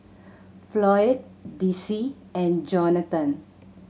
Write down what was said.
Floyd Dicie and Jonathon